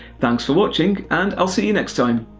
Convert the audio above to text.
thanks for watching and i'll see you next time.